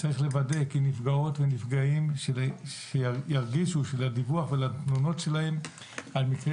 צריך לוודא כי נפגעות ונפגעים ירגישו שלדיווח ולתלונות שלהם על מקרי